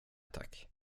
tack